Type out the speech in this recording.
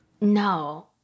no